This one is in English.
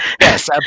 Yes